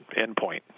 endpoint